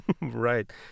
Right